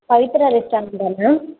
பவித்ரா ரெஸ்டாரெண்ட்டா மேம்